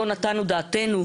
לא נתנו דעתנו,